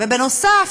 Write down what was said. בנוסף,